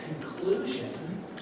conclusion